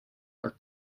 are